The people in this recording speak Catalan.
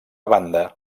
banda